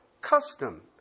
custom